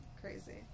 crazy